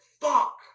fuck